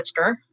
Pritzker